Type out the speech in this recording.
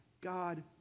God